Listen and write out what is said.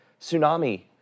tsunami